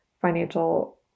financial